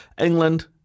England